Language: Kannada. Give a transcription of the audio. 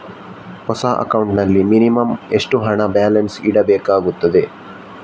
ಹೊಸ ಅಕೌಂಟ್ ನಲ್ಲಿ ಮಿನಿಮಂ ಎಷ್ಟು ಹಣ ಬ್ಯಾಲೆನ್ಸ್ ಇಡಬೇಕಾಗುತ್ತದೆ?